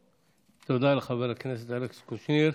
תודה לחבר הכנסת אלכס קושניר.